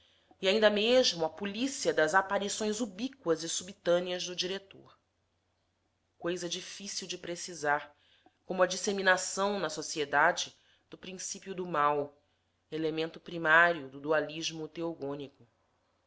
e ainda mesmo a policia das aparições ubíquas e subitâneas do diretor coisa difícil de precisar como a disseminação na sociedade do principio do mal elemento primário do dualismo teogônico